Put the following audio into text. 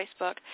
Facebook